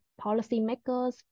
policymakers